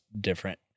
different